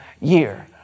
year